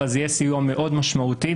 אבל זה יהיה סיוע מאוד משמעותי,